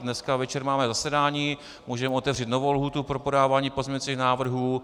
Dneska večer máme zasedání, můžeme otevřít novou lhůtu pro podávání pozměňovacích návrhů.